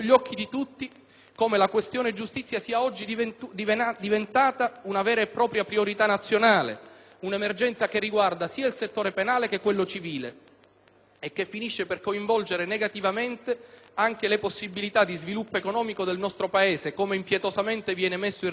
come la questione giustizia sia oggi diventata una vera e propria priorità nazionale, un'emergenza che riguarda sia il settore penale che quello civile e che finisce per coinvolgere negativamente anche le possibilità di sviluppo economico del nostro Paese, come, impietosamente, viene messo in rilievo anche